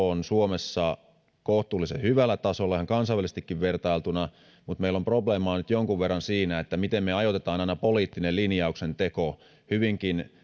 on suomessa kohtuullisen hyvällä tasolla ihan kansainvälisestikin vertailtuna mutta meillä on probleemaa nyt jonkun verran siinä miten ajoitetaan poliittinen linjauksen teko hyvinkin